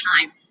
time